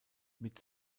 mit